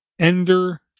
ender